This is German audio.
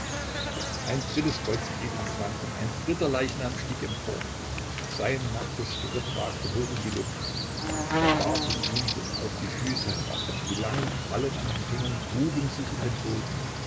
ein drittes kreuz geriet ins wanken ein dritter leichnam stieg empor sein nacktes gerippe ragte hoch in die luft der bart hing ihm bis auf die füße herab die langen krallen an den fingern gruben sich in den boden